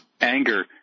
anger